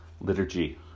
liturgy